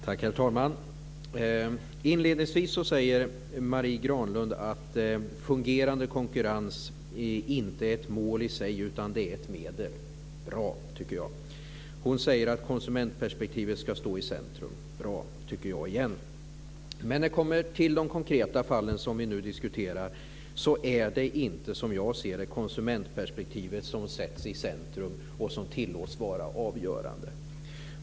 Herr talman! Inledningsvis sade Marie Granlund att fungerande konkurrens inte är ett mål i sig utan ett medel. Det är bra, tycker jag. Hon sade att konsumentperspektivet ska stå i centrum. Det tycker jag också är bra. Men när det kommer till de konkreta fall som vi nu diskuterar är det inte, som jag ser det, konsumentperspektivet som sätts i centrum och tillåts vara avgörande.